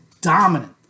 dominant